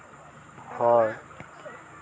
ᱦᱚᱲ